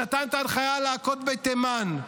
שנתן את ההנחיה להכות בתימן,